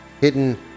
Hidden